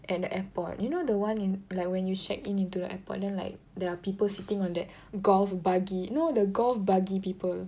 at the airport you know the one in like when you check in into the airport then like there are people sitting on that golf buggy no the golf buggy people